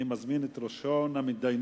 אני מזמין את ראשון המתדיינים,